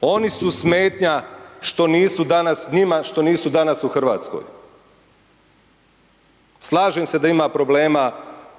oni su smetnja što nisu danas s njima što nisu danas u Hrvatskoj. Slažem se da ima problema